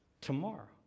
tomorrow